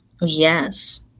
Yes